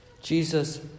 Jesus